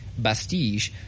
Bastige